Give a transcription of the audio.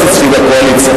מאוד רציתי שתהיו בקואליציה.